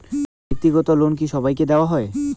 ব্যাক্তিগত লোন কি সবাইকে দেওয়া হয়?